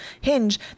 Hinge